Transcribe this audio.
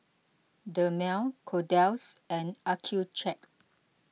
Dermale Kordel's and Accucheck